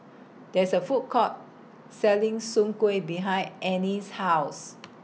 There IS A Food Court Selling Soon Kueh behind Anne's House